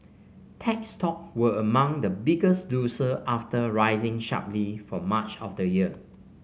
tech stocks were among the biggest losers after rising sharply for much of the year